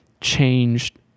changed